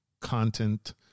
content